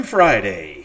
Friday